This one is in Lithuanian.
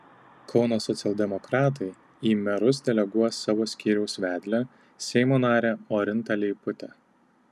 kauno socialdemokratai į merus deleguos savo skyriaus vedlę seimo narę orintą leiputę